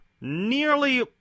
nearly